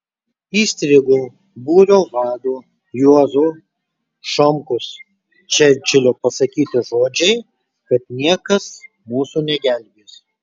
įstrigo būrio vado juozo šomkos čerčilio pasakyti žodžiai kad niekas mūsų negelbės